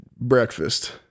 breakfast